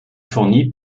fournie